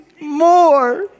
more